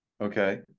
Okay